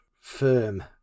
firm